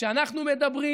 כשאנחנו מדברים,